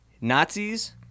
Nazis